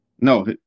no